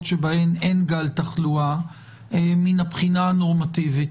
שבהן אין גל תחלואה מהבחינה הנורמטיבית.